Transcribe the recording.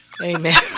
Amen